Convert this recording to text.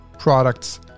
products